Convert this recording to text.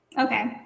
Okay